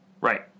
Right